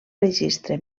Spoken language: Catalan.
registre